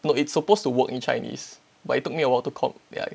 no it's supposed to work in chinese but it took me a while to con~ ya